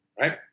Right